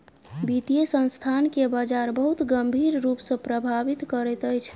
वित्तीय संस्थान के बजार बहुत गंभीर रूप सॅ प्रभावित करैत अछि